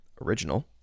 original